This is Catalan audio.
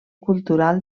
cultural